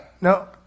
No